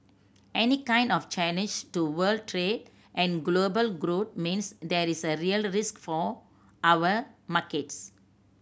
any kind of challenge to world trade and global growth means there is real risk for our markets